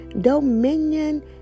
dominion